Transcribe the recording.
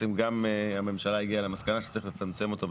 אני רק אזכיר שלצד המנגנון הזה שהוא המנגנון של הקלות,